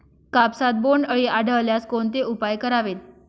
कापसात बोंडअळी आढळल्यास कोणते उपाय करावेत?